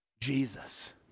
Jesus